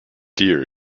deer